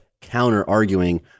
counter-arguing